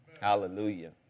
Hallelujah